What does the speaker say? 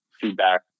feedback